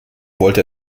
wollte